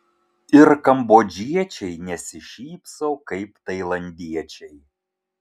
ir kambodžiečiai nesišypso kaip tailandiečiai